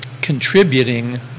contributing